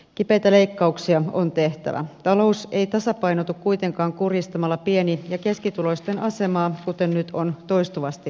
kipeitä leikkauksia on tehtävä talous ei tasapainotu kuitenkaan kurjistamalla pieni ja keskituloisten asemaa kuten nyt on toistuvasti